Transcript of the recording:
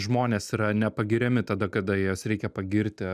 žmonės yra nepagiriami tada kada juos reikia pagirti